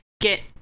get